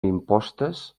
impostes